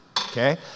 okay